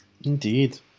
Indeed